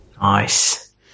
nice